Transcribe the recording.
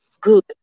good